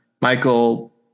Michael